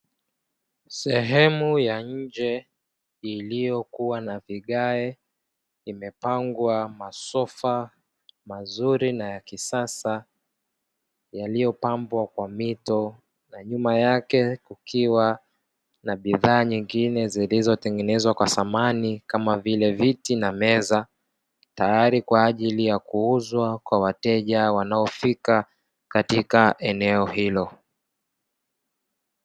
Sehemu ya nje iliyokuwa na vigae, imepangwa masofa mazuri na ya kisasa; yaliyopambwa kwa mito na nyuma yake kukiwa na bidhaa nyingine zilizotengenezwa kwa samani; kama vile viti na meza, tayari kwa ajili ya kuuzwa kwa wateja wanaofika katika eneo hilo.